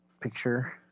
Picture